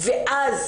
כרגע,